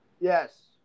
Yes